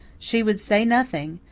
she would say nothing,